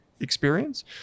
experience